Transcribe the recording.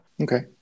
okay